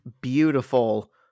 beautiful